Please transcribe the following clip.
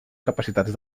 capacitats